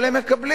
אבל הם מקבלים.